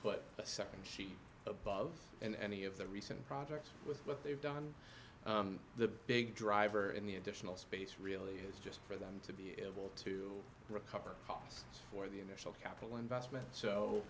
put a nd sheet above and any of the recent projects with what they've done the big driver in the additional space really is just for them to be able to recover costs for the initial capital investment so